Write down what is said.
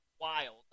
wild